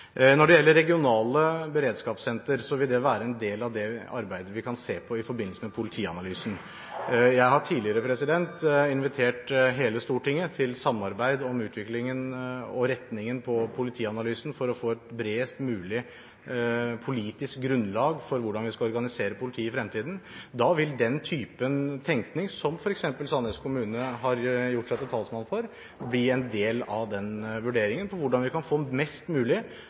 Når det gjelder regionale beredskapssentre, vil det være en del av det arbeidet vi kan se på i forbindelse med politianalysen. Jeg har tidligere invitert hele Stortinget til samarbeid om utviklingen av og retningen på politianalysen – for å få et bredest mulig politisk grunnlag for hvordan vi skal organisere politiet i fremtiden. Da vil den type tenkning som f.eks. Sandnes kommune har gjort seg til talsmann for, bli en del av den vurderingen som gjelder hvordan vi kan få mest mulig